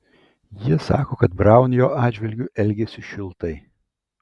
jie sako kad braun jo atžvilgiu elgėsi šiltai